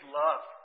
love